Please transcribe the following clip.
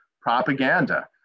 propaganda